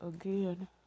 again